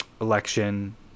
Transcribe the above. election